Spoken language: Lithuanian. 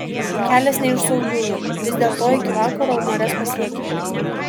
kelias ne iš saugiųjų vis dėlto iki vakaro marias pasiekėme